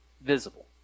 visible